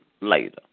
later